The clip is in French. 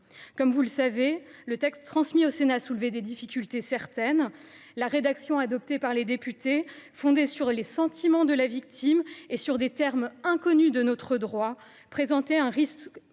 chers collègues, le texte transmis au Sénat comportait des difficultés certaines. La rédaction adoptée par les députés, fondée sur les sentiments de la victime et mobilisant des termes inconnus de notre droit, présentait un risque